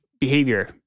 behavior